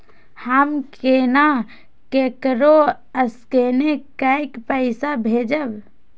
हम केना ककरो स्केने कैके पैसा भेजब?